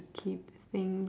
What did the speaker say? keep thing~